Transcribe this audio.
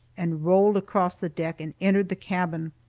and rolled across the deck and entered the cabin.